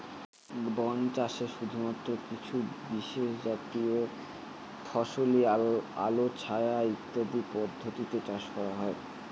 বন চাষে শুধুমাত্র কিছু বিশেষজাতীয় ফসলই আলো ছায়া ইত্যাদি পদ্ধতিতে চাষ করা হয়